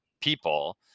people